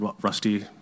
rusty